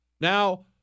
Now